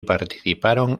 participaron